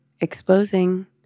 exposing